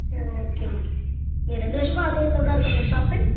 okay okay இது ரெண்டு வருஷமாக அதே இடத்தில் தான் இருக்கா இந்த ஷாப்பு